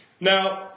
Now